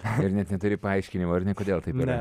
ir net neturi paaiškinimo kodėl taip yra